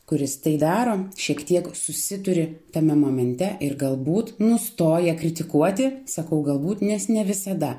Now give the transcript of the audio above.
kuris tai daro šiek tiek susituri tame momente ir galbūt nustoja kritikuoti sakau galbūt nes ne visada